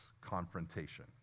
confrontation